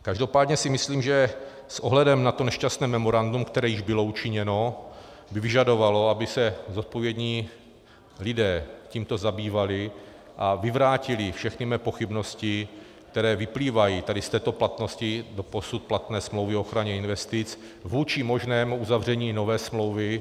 Každopádně si myslím, že s ohledem na to nešťastné memorandum, které již bylo učiněno, by vyžadovalo, aby se zodpovědní lidé tímto zabývali a vyvrátili všechny mé pochybnosti, které vyplývají z této doposud platné smlouvy o ochraně investic vůči možnému uzavření nové smlouvy.